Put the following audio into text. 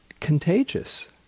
contagious